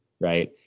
right